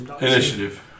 Initiative